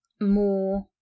more